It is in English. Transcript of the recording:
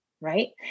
right